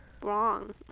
wrong